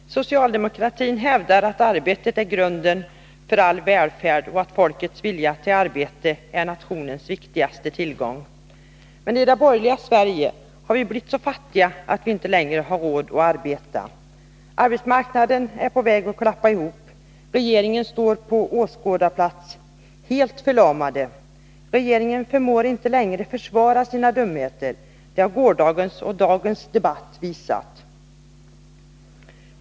Fru talman! Socialdemokratin hävdar att arbetet är grunden för all välfärd och att folkets vilja till arbete är nationens viktigaste tillgång. Menii det borgerliga Sverige har vi blivit så fattiga att vi inte längre har råd att arbeta. Arbetsmarknaden är på väg att klappa ihop. Regeringen står på åskådarplats, helt förlamad. Regeringen förmår inte längre försvara sina dumheter, det har gårdagens och dagens debatt visat.